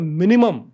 minimum